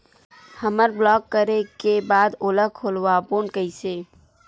हमर ब्लॉक करे के बाद ओला खोलवाबो कइसे?